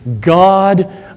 God